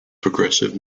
progressive